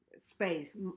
space